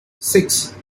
six